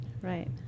right